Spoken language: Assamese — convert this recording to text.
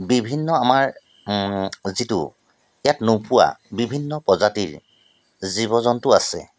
বিভিন্ন আমাৰ যিটো ইয়াত নোপোৱা বিভিন্ন প্ৰজাতিৰ জীৱ জন্তু আছে